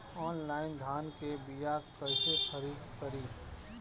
Online धान के बीया कइसे खरीद करी?